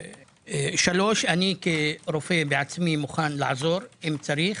שלוש, אני כרופא בעצמי מוכן לעזור אם צריך.